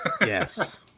Yes